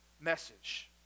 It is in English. message